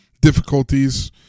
difficulties